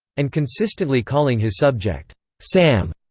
and consistently calling his subject sam,